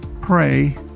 pray